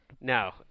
No